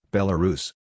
Belarus